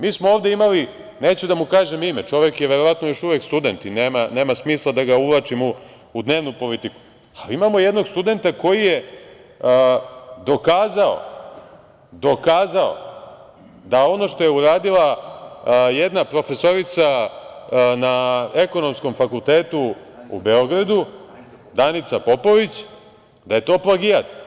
Mi smo ovde imali, neću da mu kažem ime, čovek je verovatno još uvek student i nema smisla da ga uvlačimo u dnevnu politiku, jednog studenta koji je dokazao, dokazao da ono što je uradila jedna profesorica na Ekonomskom fakultetu u Beogradu, Danica Popović, da je to plagijat.